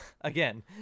Again